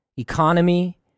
Economy